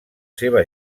seva